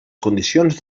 condicions